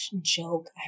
Joke